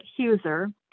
Huser